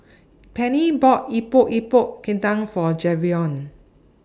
Penni bought Epok Epok Kentang For Javion